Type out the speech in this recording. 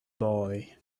boy